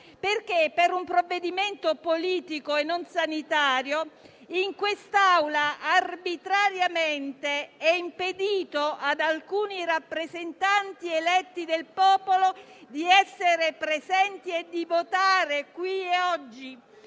perché, per un provvedimento politico e non sanitario, in quest'Aula è arbitrariamente impedito ad alcuni rappresentanti eletti dal popolo di essere presenti e di votare, qui e oggi.